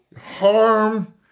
harm